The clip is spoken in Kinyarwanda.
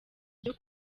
ryo